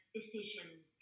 decisions